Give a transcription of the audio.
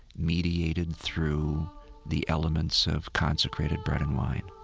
mediated through the elements of consecrated bread and wine